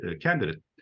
Candidate